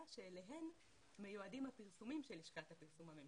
שאליהן מיועדים הפרסומים של לשכת הפרסום הממשלתית.